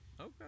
okay